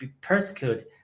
persecuted